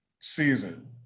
season